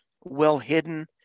well-hidden